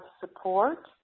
support